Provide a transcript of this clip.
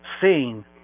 seen